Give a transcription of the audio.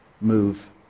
move